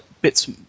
Bits